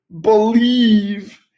believe